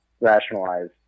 rationalize